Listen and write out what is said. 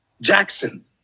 Jackson